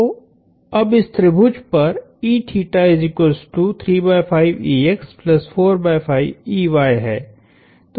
तो अब इस त्रिभुज पर है